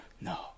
No